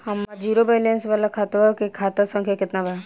हमार zero balance वाला खतवा के खाता संख्या केतना बा?